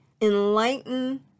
enlighten